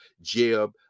Jeb